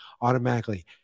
automatically